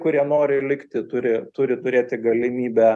kurie nori likti turi turi turėti galimybę